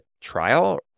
trial